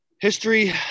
history